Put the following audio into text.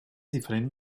diferent